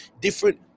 Different